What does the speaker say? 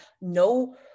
no